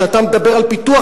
כשאתה מדבר על פיתוח,